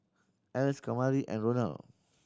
Else Kamari and Ronald